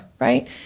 right